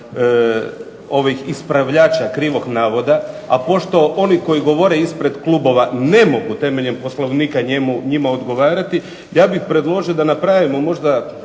ispravljača krivog navoda, a pošto oni koji govore ispred klubova ne mogu temeljem Poslovnika njima odgovarati, ja bih predložio da napravimo možda